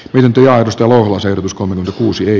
mäntylä istuu usein uskomatonta kuusi ei